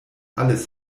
alles